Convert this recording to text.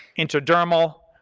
intradermal,